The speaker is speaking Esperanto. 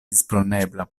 disponebla